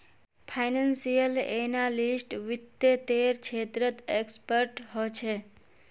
financial analyst वित्त्तेर क्षेत्रत expert ह छे